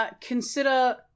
Consider